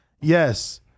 Yes